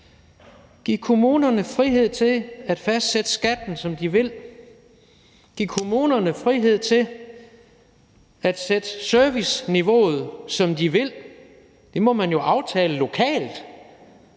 Giv kommunerne frihed til at fastsætte skatten, som de vil. Giv kommunerne frihed til at sætte serviceniveauet, som de vil. Det må man jo aftale og